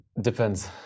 Depends